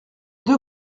deux